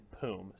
Poom